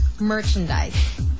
merchandise